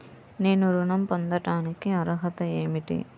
నేను ఋణం పొందటానికి అర్హత ఏమిటి?